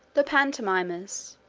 the pantomimes,